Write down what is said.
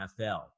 NFL